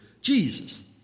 Jesus